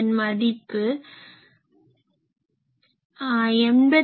அதன் மதிப்பு 87